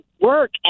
work